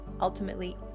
ultimately